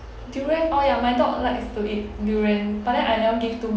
durian orh ya my dog likes to eat durian but then I never give too much